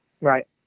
Right